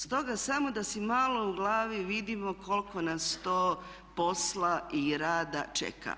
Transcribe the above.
Stoga samo da si malo u glavi vidimo koliko nas to posla i rada čeka.